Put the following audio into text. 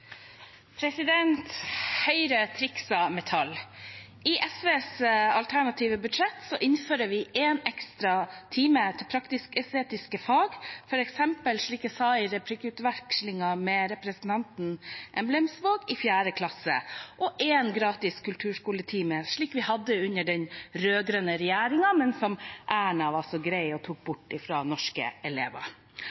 Høyre trikser med tall. I SVs alternative budsjett innfører vi f.eks. én ekstra time til praktisk-estetiske fag i 4. klasse, slik jeg sa i replikkvekslingen med representanten Synnes Emblemsvåg, og én gratis kulturskoletime, slik vi hadde det under den rød-grønne regjeringen, men som Erna var så grei og tok